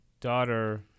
daughter